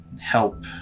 help